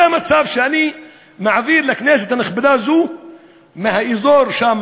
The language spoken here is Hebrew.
זה המצב שאני מעביר לכנסת הנכבדה הזו מהאזור שם,